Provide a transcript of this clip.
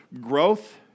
growth